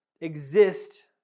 exist